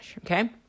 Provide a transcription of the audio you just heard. Okay